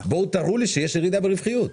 אז תראו לי שיש ירידה ברווחיות.